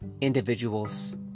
individuals